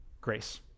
grace